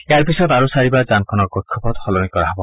ইয়াৰ পিছত আৰু চাৰিবাৰ যানখনৰ কক্ষপথ সলনি কৰা হ'ব